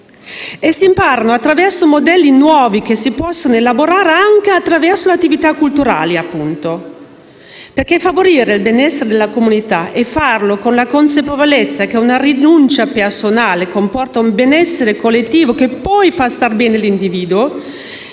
si imparano attraverso modelli nuovi che si possono elaborare anche attraverso le attività culturali, appunto. Favorire il benessere della comunità con la consapevolezza che una rinuncia personale comporta un benessere collettivo che poi fa star bene e meglio